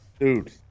Dude